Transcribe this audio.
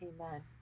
Amen